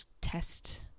test